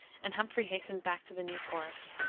and humphrey hastened back to the new forest.